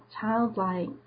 childlike